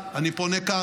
פניתי בעניין הזה לממשלה.